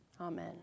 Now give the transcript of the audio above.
Amen